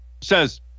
says